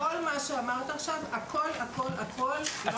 כל מה שאמרת עכשיו, הכל לא נכון.